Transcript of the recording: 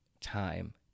time